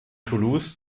toulouse